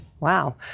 Wow